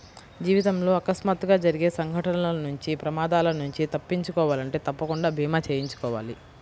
జీవితంలో అకస్మాత్తుగా జరిగే సంఘటనల నుంచి ప్రమాదాల నుంచి తప్పించుకోవాలంటే తప్పకుండా భీమా చేయించుకోవాలి